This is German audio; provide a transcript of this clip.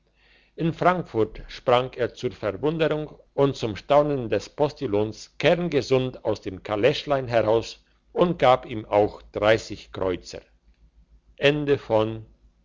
in frankfurt sprang er zur verwunderung und zum staunen des postillions kerngesund aus dem kaleschlein heraus und gab ihm auch dreissig kreuzer